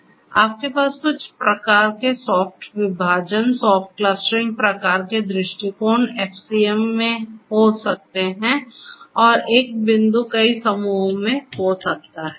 तो आपके पास कुछ प्रकार के सॉफ्ट विभाजन सॉफ्ट क्लस्टरिंग प्रकार के दृष्टिकोण FCM मैं हो सकते हैं और एक बिंदु कई समूहों में हो सकता हैं